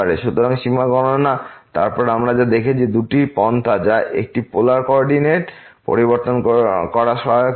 সুতরাং সীমা গণনা তারপর আমরা যা দেখেছি দুটি পন্থা যা একটি পোলার ক অরডিনেট পরিবর্তন করা সহায়ক হবে